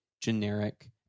generic